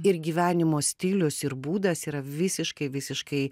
ir gyvenimo stilius ir būdas yra visiškai visiškai